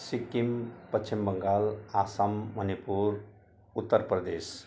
Sikkim Paschim Bangal Assam Manipur Uttar Pradesh